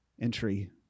entry